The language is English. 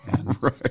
Right